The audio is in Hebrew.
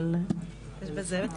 אבל צריך לעשות את זה.